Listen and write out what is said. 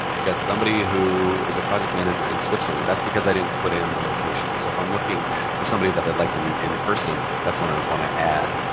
we've got somebody who is a project manager in switzerland. that's because i didn't put in a location. so if i'm looking for somebody that i'd like to meet in person, that's when i want to add